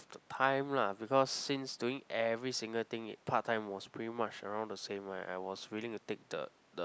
the time lah because since doing every single thing in part time was pretty much around the same right I was willing to take the the